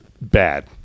bad